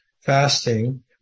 fasting